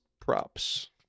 props